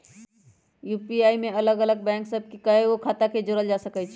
UPI में अलग अलग बैंक सभ के कएगो खता के जोड़ल जा सकइ छै